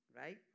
right